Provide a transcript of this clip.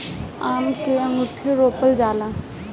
आम के आंठी रोपल जाला